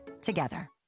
together